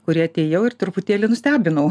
kuri atėjau ir truputėlį nustebinau